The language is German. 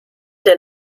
der